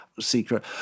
secret